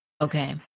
Okay